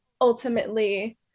ultimately